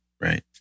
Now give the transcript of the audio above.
right